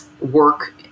work